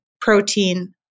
protein